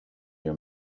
your